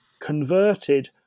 Converted